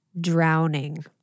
Drowning